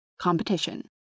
Competition